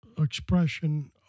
expression